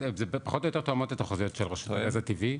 זה פחות או יותר תואמות את התחזיות של הגז הטבעי